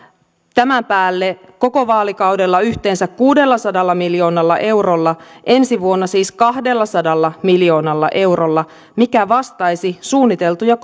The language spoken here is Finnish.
tämän päälle koko vaalikaudella yhteensä kuudellasadalla miljoonalla eurolla ensi vuonna siis kahdellasadalla miljoonalla eurolla mikä vastaisi suunniteltuja